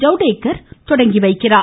ஜவ்டேகர் துவக்கி வைக்கிறார்